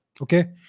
okay